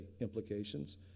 implications